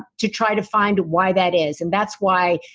to try to find why that is. and that's why